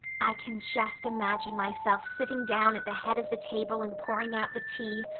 i can just imagine myself sitting down at the head of the table and pouring out the tea,